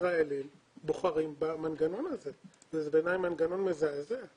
ישראלים בוחרים במנגנון הזה ובעיני זה מנגנון מזעזע.